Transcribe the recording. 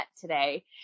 today